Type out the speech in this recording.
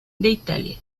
italia